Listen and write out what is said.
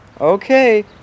Okay